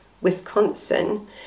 Wisconsin